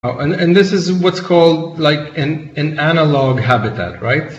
וזה מה שקוראים לבית אנלוג, נכון?